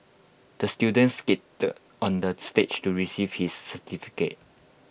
the student skated on the stage to receive his certificate